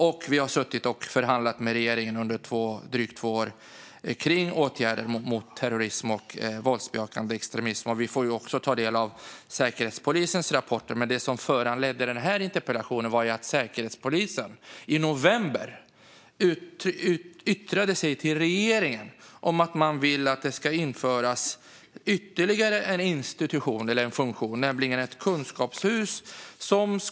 Och vi har förhandlat med regeringen under drygt två år om åtgärder mot terrorism och våldsbejakande extremism. Vi får också ta del av Säkerhetspolisens rapporter. Det som föranledde den här interpellationen var att Säkerhetspolisen i november yttrade sig till regeringen om att man ville att det skulle införas ytterligare en funktion, nämligen ett kunskapscentrum.